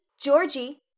Georgie